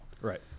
Right